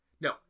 No